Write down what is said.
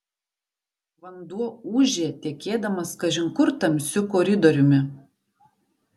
vanduo ūžė tekėdamas kažin kur tamsiu koridoriumi